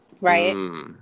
right